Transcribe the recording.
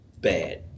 bad